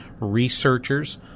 researchers